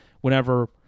whenever –